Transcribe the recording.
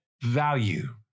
value